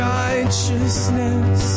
righteousness